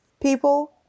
people